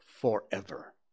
forever